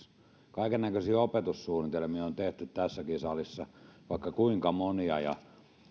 kaikennäköisiä opetussuunnitelmia on tehty tässäkin salissa vaikka kuinka monia ja